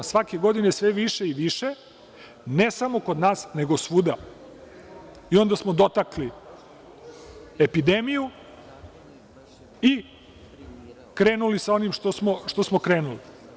Svake godine sve više i više, ne samo kod nas, nego svuda, i onda smo dotakli epidemiju i krenuli sa onim što smo krenuli.